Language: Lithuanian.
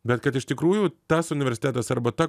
bet kad iš tikrųjų tas universitetas arba ta